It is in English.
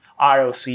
ROC